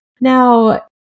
Now